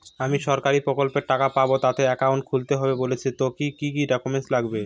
আমি সরকারি প্রকল্পের টাকা পাবো তাতে একাউন্ট খুলতে হবে বলছে তো কি কী ডকুমেন্ট লাগবে?